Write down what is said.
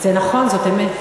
זה נכון, זאת אמת.